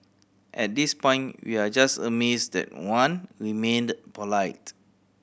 at this point we are just amazed that Wan remained polite